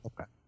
Okay